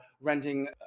renting